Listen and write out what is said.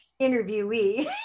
interviewee